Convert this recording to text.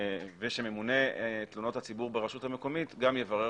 ושממונה תלונות הציבור ברשות המקומית גם יברר